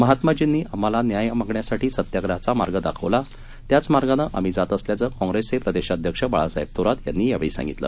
महात्माजींनी आम्हाला न्याय मागण्यासाठी सत्याग्रहाचा मार्ग दाखवला त्याच मार्गानं आम्ही जात असल्याचं काँग्रेसचे प्रदेशाध्यक्ष बाळासाहेब थोरात यांनी यावेळी सांगितलं